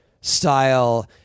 style